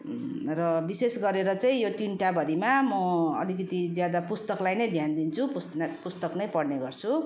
र विशेष गरेर चाहिँ यो तिनवटा भरिमा म अलिकति ज्यादा पुस्तकलाई नै ध्यान दिन्छु पुस्त म पुस्तक नै पढ्ने गर्छु